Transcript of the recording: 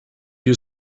you